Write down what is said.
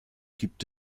gibt